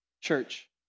Church